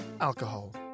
alcohol